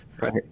right